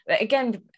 again